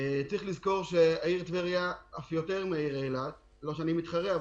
אני לא מתחרה,